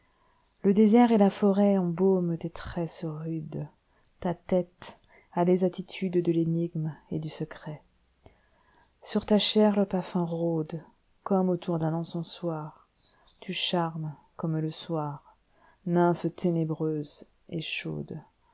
le désert et la forêtembaument tes tresses rudes jta têce a les attitudesde l'énigme et du secret sur ta chair le parfum rôdecomme autour d'un encensoir tu charmes comme le soir nymphe ténébreuse et chaude